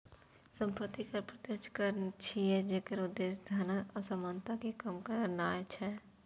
संपत्ति कर प्रत्यक्ष कर छियै, जेकर उद्देश्य धनक असमानता कें कम करनाय छै